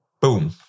Boom